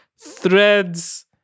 Threads